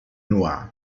noah